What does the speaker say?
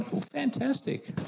Fantastic